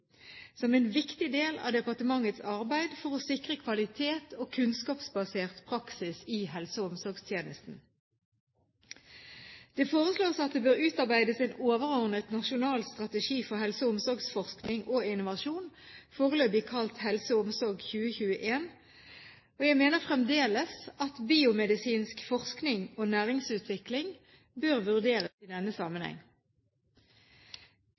som en viktig del av departementets arbeid for å sikre kvalitet og kunnskapsbasert praksis i helse- og omsorgstjenesten. Det foreslås at det bør utarbeides en overordnet nasjonal strategi for helse- og omsorgsforskning og innovasjon, foreløpig kalt HelseOmsorg 2021. Jeg mener fremdeles at biomedisinsk forsknings- og næringsutvikling bør vurderes i denne sammenheng.